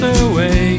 away